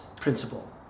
principle